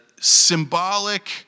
symbolic